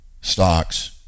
stocks